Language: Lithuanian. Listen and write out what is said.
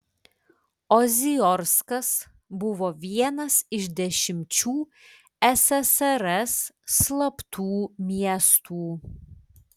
oziorskas buvo vienas iš dešimčių ssrs slaptų miestų